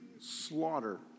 slaughter